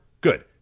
good